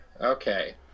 okay